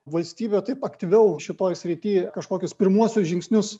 valstybė taip aktyviau šitoj srity kažkokius pirmuosius žingsnius